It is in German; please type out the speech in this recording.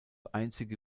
einzige